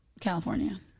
california